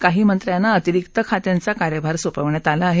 काही मंत्र्यांना अतिरिक्त खात्यांचा कार्यभर सोपवण्यात आला आहे